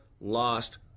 lost